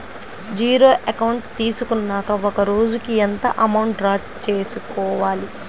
Zero account తీసుకున్నాక ఒక రోజుకి ఎంత అమౌంట్ డ్రా చేసుకోవాలి?